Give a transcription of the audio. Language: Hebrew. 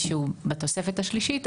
שהוא בתוספת השלישית,